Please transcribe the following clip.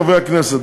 חברי הכנסת,